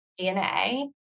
DNA